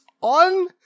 on